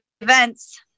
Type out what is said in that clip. events